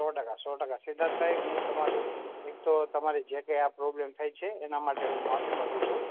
સો ટકા સો ટકા સિદ્ધાર્થભાઈ હું તમારું એક તો તમારી જે કંઈ આ પ્રોબ્લેમ થઇ છે એના માટે હું માફી માગું છું